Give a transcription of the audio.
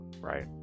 Right